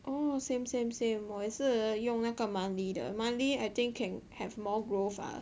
oh same same same 我也是用那个 monthly 的 monthly I think can have more growth ah